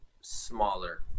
smaller